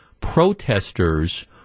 protesters